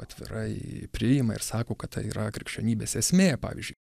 atvirai priėmima ir sako kad tai yra krikščionybės esmė pavyzdžiui